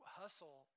hustle